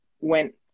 went